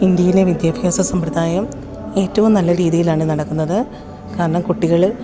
ഇന്ത്യയിലെ വിദ്യാഭ്യാസ സമ്പ്രദായം ഏറ്റവും നല്ല രീതിയിലാണ് നടക്കുന്നത് കാരണം കുട്ടികൾ